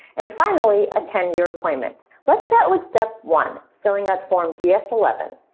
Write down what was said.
and finally, attend your appointment. let's start with step one, filling out form ds eleven.